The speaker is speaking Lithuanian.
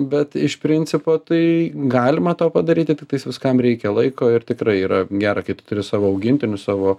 bet iš principo tai galima to padaryti tiktais viskam reikia laiko ir tikrai yra gera kai tu turi savo augintinį savo